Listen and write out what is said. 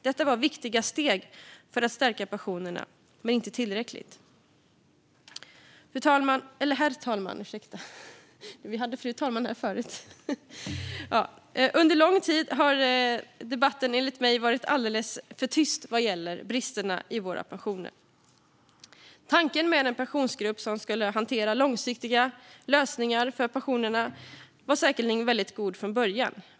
Detta var viktiga steg för att stärka pensionerna, men inte tillräckligt. Herr talman! Under lång tid har debatten enligt mig varit alldeles för tyst vad gäller bristerna i våra pensioner. Tanken med en pensionsgrupp som skulle hantera långsiktiga lösningar för pensionerna var säkerligen god från början.